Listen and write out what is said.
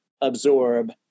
absorb